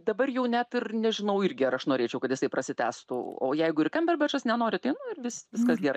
dabar jau net ir nežinau irgi aš norėčiau kad jisai prasitęstų o jeigu ir kamberbečas nenori tai nu ir vis viskas gerai